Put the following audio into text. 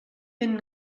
ben